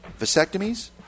vasectomies